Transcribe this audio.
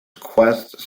quests